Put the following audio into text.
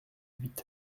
huit